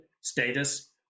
status